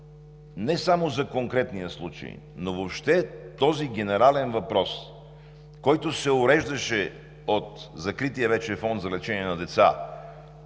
не само за конкретния случай, но въобще този генерален въпрос, който се уреждаше от закрития вече Фонд за лечение на деца,